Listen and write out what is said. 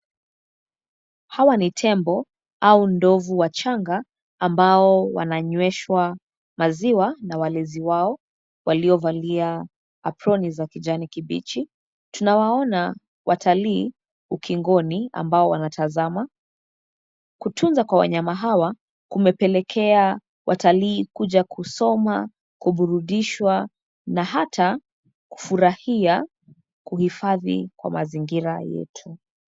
Hawa ni tembo au ndovu wachanga ambao wananyweshwa maziwa na walezi wao, waliovalia aproni za kijani kibichi. Tunawaona watalii, ukingoni, ambao wanatazama. Kutunza kwa wanyama hawa, kumepelekea watalii kuja kusoma, kuburudishwa, na hata kufurahia, kuhifadhi kwa mazingira yetu.